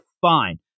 fine